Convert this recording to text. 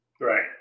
Right